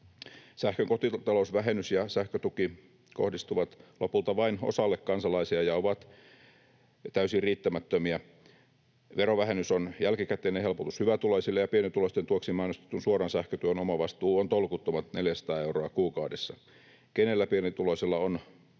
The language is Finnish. Sähkön kotitalousvähennys ja sähkötuki kohdistuvat lopulta vain osalle kansalaisia ja ovat täysin riittämättömiä. Verovähennys on jälkikäteinen helpotus hyvätuloisille, ja pienituloisten tueksi mainostetun suoran sähkötuen omavastuu on tolkuttomat 400 euroa kuukaudessa. Kenellä pienituloisella on